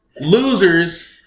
losers